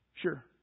Sure